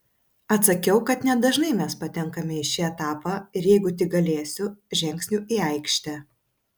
atsakiau kad nedažnai mes patenkame į šį etapą ir jeigu tik galėsiu žengsiu į aikštę